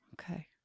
Okay